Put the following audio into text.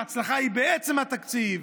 וההצלחה היא בעצם התקציב,